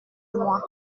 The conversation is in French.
moi